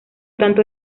tanto